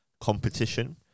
competition